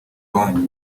iwanyu